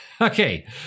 Okay